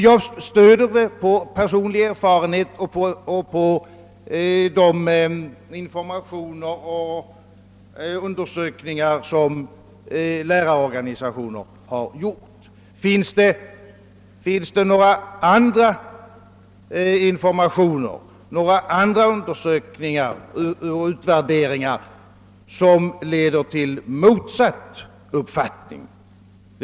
Jag stöder mig på personlig erfarenhet och på de informationer och undersökningar som lärarorganisationer har gjort. Finns det några andra informationer eller några andra undersökningar eller värderingar som leder till motsatt uppfattning?